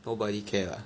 nobody care lah